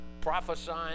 prophesying